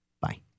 Bye